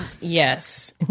Yes